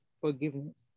forgiveness